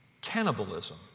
Cannibalism